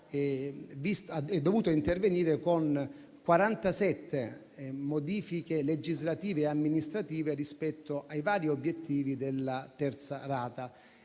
è dovuto intervenire con 47 modifiche legislative e amministrative rispetto ai vari obiettivi della terza rata.